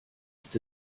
ist